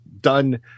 done